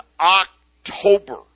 October